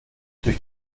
durch